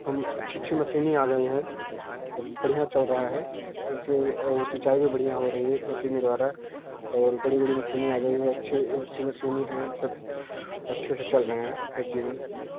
अच्छी अच्छी मशीन आ गई है सब बढ़िया चल रहा है और सिंचाई भी बढ़िया हो रही है मशीन द्वारा और बड़ी बड़ी मशीन आ गई है अच्छे से मशीन है सब अच्छे से चल रहे हैं सब जीवन